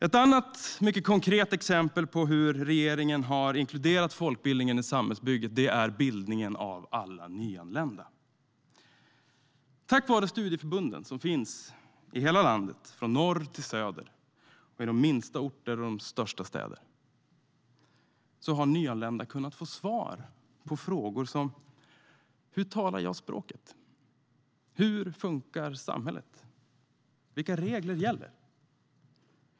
Ett annat mycket konkret exempel på hur regeringen har inkluderat folkbildningen i samhällsbygget är bildningen av alla nyanlända. Tack vare de studieförbund som finns i hela landet - från norr till söder, på de minsta orter och i de största städer - har nyanlända kunnat få svar på frågor som: Hur talar jag språket? Hur funkar samhället? Vilka regler gäller?